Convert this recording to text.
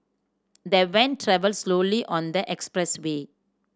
the van travelled slowly on the expressway